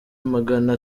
magana